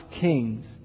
kings